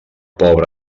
pobre